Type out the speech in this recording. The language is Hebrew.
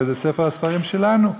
וזה ספר הספרים שלנו.